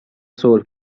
صلح